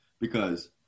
because-